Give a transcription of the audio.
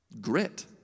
Grit